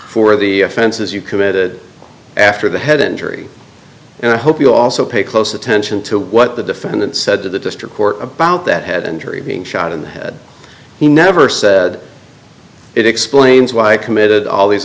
for the offenses you committed after the head injury and i hope you also pay close attention to what the defendant said to the district court about that head injury being shot in the head he never said it explains why i committed all these